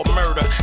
murder